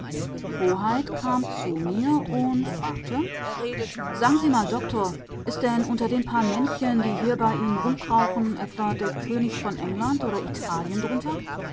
kam zu mir und fragte sagen sie mal doktor ist denn unter den paar männchen die hier bei ihnen rumkrauchen etwa der könig von england oder von italien